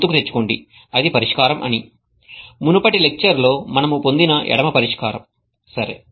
గుర్తుకు తెచ్చుకోండి అది పరిష్కారం అని మునుపటి లెక్చర్ లో మనము పొందిన ఎడమ పరిష్కారం సరే